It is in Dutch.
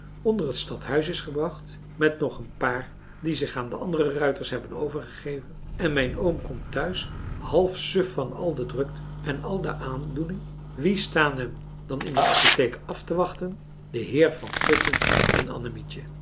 onder het stadhuis is gebracht met nog een paar die zich aan de andere ruiters hebben overgegeven en mijn oom komt thuis half suf van al de drukte en al de aandoening wie staan hem dan in de apotheek af te wachten de heer van putten en annemietje